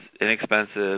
inexpensive